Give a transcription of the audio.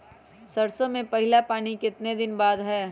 सरसों में पहला पानी कितने दिन बाद है?